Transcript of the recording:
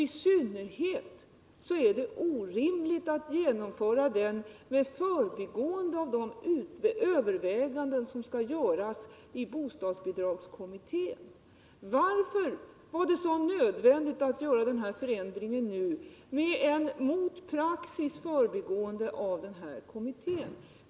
I synnerhet är det orimligt att genomföra den med förbigående av de överväganden som skall göras i bostadsbidragskommittén. Varför var det så nödvändigt att göra denna förändring nu, med ett — mot praxis — förbigående av denna kommitté?